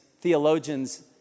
theologians